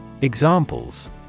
Examples